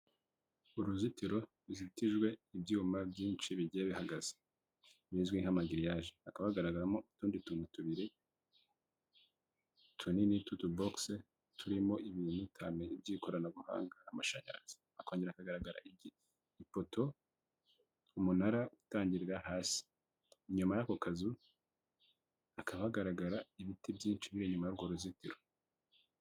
Uruzitiro ruzitijwe ibyuma byinshi bigiye bihagaze bizwi nk'amagiriyaje, hakaba hagaragaramo utundi tuntu tubiri tunini tw'utubogise turimo ibintu utamenya by'ikoranabuhanga n'amashanyarazi, hakongera hakaagaragara ipoto, umunara utangirira hasi, inyuma y'ako kazu haka hagaragara ibiti byinshi biri inyuma urwo ruzitiro.